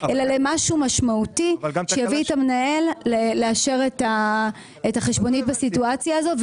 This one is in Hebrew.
אלא למשהו משמעותי שיביא את המנהל לאשר את החשבונית בסיטואציה הזאת.